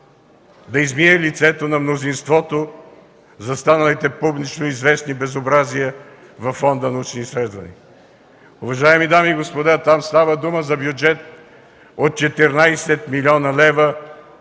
да измие лицето на мнозинството за станалите публично известни безобразия във Фонда „Научни изследвания”. Уважаеми дами и господа, там става дума за бюджет от 14 млн. лв.